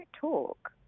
talk